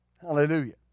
Hallelujah